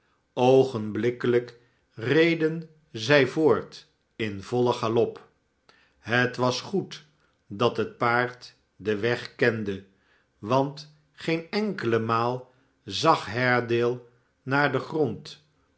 reden zij voort in vollen galop het was goed dat het paard den weg kende want geene enkele maal zag haredale naar den grond